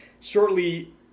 shortly